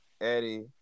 Eddie